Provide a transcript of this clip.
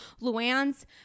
Luann's